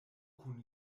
kun